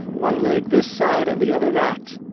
one leg this side and the other that.